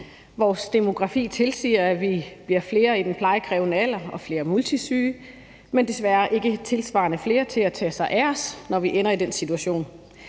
Vores demografi tilsiger, at vi bliver flere i den plejekrævende alder og flere multisyge, men desværre ikke tilsvarende flere til at tage sig af os, når vi ender i den situation.